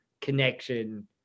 connection